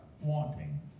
wanting